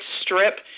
strip